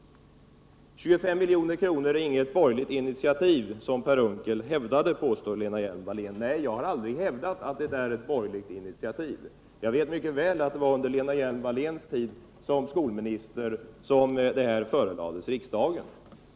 25 milj.kr. är inget borgerligt initiativ som Per Unckel hävdade, säger Lena Hjelm-Wallén. Nej, jag har aldrig hävdat att det är ett borgerligt initiativ. Jag vet mycket väl att det var under Lena Hjelm-Walléns tid som skolminister som detta förelades riksdagen.